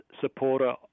supporter